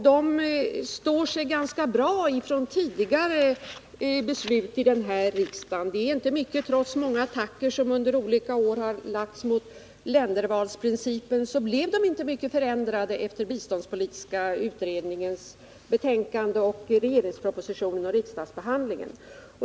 De står sig ganska bra från tidigare beslut i riksdagen, och trots många attacker under åren har ländervalsprincipen inte förändrats mycket efter biståndspolitiska utredningens betänkande, regeringens proposition och riksdagens behandling.